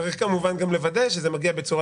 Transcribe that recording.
10:08) צריך גם לוודא שזה מגיע בצורה